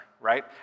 right